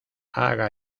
haga